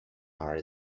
are